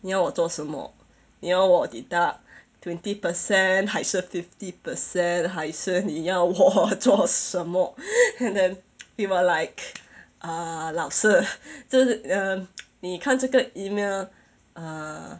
你要我做什么你要我 deduct twenty percent 还是 fifty percent 还是你要我做什么 and then we were like uh 老师这你看这个 email uh